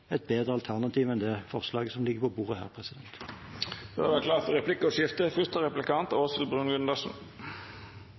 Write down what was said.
et bedre alternativ enn det forslaget som ligger på bordet.